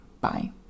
Bye